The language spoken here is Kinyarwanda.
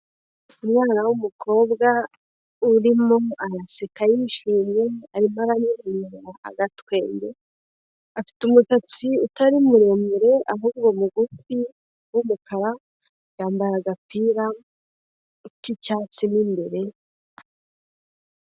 Umwana w'umukobwa urimo araseka yishimye, arimo aramwenyura agatwenge, afite umusatsi utari muremure ahubwo mugufi w'umukara, yambaye agapira k'icyatsi mo imbere.